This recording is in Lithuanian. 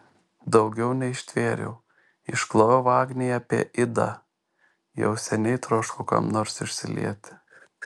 daugiau neištvėriau išklojau agnei apie idą jau seniai troškau kam nors išsilieti